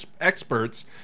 experts